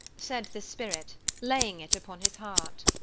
said the spirit, laying it upon his heart,